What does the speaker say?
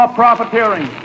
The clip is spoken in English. profiteering